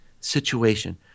situation